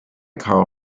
carl